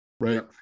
right